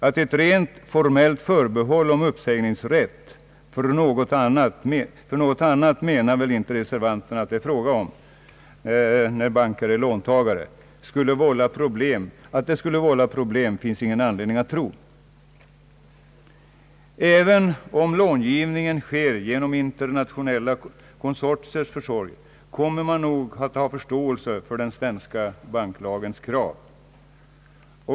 Att ett rent formellt förbehåll om uppsägningsrätt — och något annat menar väl inte reservanterna att det är fråga om när banker är låntagare — skulle vålla problem finns det inte anledning att tro. även om långivningen sker genom internationella konsortiers försorg kommer man nog att ha förståelse för den svenska banklagens krav.